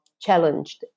challenged